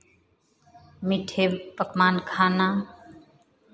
मीठे पकवान खाना